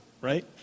right